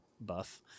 buff